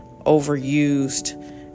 overused